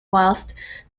whilst